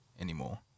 anymore